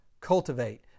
cultivate